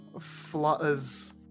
flutters